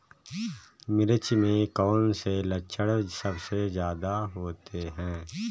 मिर्च में कौन से लक्षण सबसे ज्यादा होते हैं?